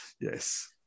Yes